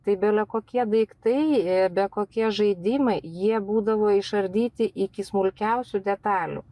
tai belekokie daiktai ir betkokie žaidimai jie būdavo išardyti iki smulkiausių detalių